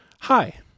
Hi